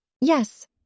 Yes